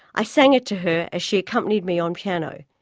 i sang it to her as she accompanied me on piano.